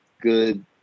good